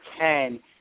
ten